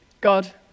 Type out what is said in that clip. God